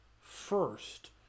first